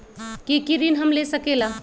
की की ऋण हम ले सकेला?